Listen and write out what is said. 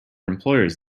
employers